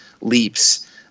leaps